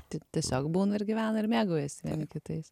tai tiesiog būna ir gyvena ir mėgaujasi vieni kitais